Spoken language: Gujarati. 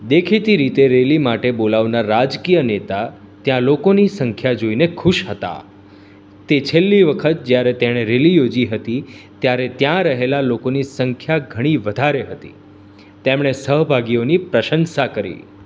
દેખીતી રીતે રેલી માટે બોલાવનાર રાજકીય નેતા ત્યાં લોકોની સંખ્યા જોઈને ખુશ હતા તે છેલ્લી વખત જ્યારે તેણે રેલી યોજી હતી ત્યારે ત્યાં રહેલાં લોકોની સંખ્યા ઘણી વધારે હતી તેમણે સહભાગીઓની પ્રશંસા કરી